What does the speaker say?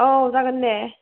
औ जागोन दे